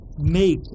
make